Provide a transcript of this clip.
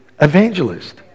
evangelist